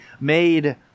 made